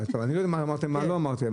אני לא יודע מה אמרתם ומה לא אמרתם.